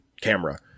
camera